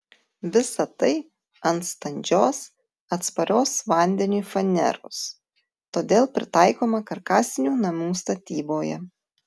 visa tai ant standžios atsparios vandeniui faneros todėl pritaikoma karkasinių namų statyboje